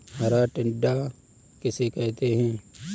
हरा टिड्डा किसे कहते हैं?